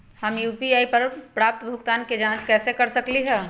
हम यू.पी.आई पर प्राप्त भुगतान के जाँच कैसे कर सकली ह?